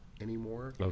anymore